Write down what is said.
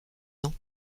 ans